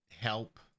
help